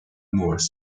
moors